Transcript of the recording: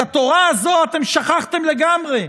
את התורה הזו אתם שכחתם לגמרי.